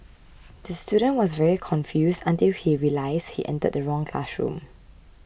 the student was very confused until he realised he entered the wrong classroom